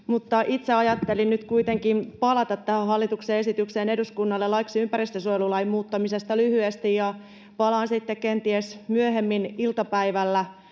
itse ajattelin nyt kuitenkin palata lyhyesti tähän hallituksen esitykseen eduskunnalle laiksi ympäristönsuojelulain muuttamisesta, ja palaan sitten kenties myöhemmin iltapäivällä